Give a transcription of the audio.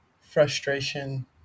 frustration